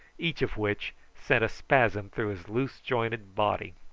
each of which sent a spasm through his loose-jointed body.